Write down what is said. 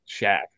Shaq